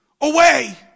Away